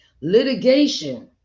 litigation